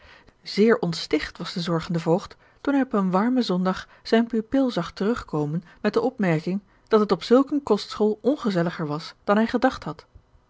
zeer ontsticht was de zorgende voogd toen hij op een warm en zondag zijn pupil zag terugkomen met de opmerking dat het op zulk eene kostschool ongezelliger was dan hij gedacht had